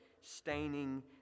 staining